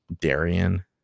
Darian